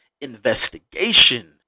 investigation